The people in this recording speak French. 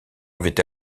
avait